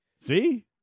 See